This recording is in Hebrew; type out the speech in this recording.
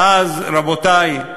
ואז, רבותי,